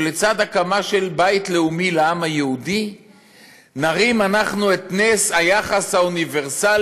שלצד הקמה של בית לאומי לעם היהודי נרים אנחנו את נס היחס האוניברסלי,